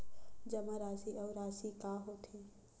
जमा राशि अउ राशि का होथे?